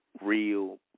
real